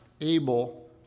able